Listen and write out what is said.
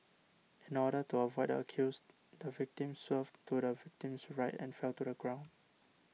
in order to avoid the accused the victim swerved to the victim's right and fell to the ground